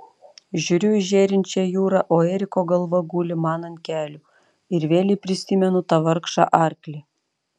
žiūriu į žėrinčią jūrą o eriko galva guli man ant kelių ir vėlei prisimenu tą vargšą arklį